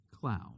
cloud